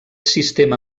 sistema